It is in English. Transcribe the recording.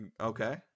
Okay